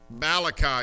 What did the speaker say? Malachi